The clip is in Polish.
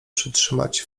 przytrzymać